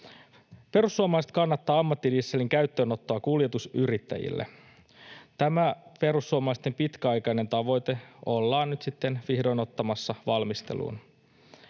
Perussuomalaiset kannattaa ammattidieselin käyttöönottoa kuljetusyrittäjille. Tämä perussuomalaisten pitkäaikainen tavoite ollaan nyt sitten vihdoin ottamassa valmisteluun.